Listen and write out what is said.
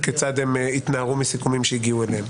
וכיצד הם התנערו מסיכומים שהגיעו אליהם.